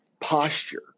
posture